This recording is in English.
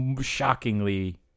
shockingly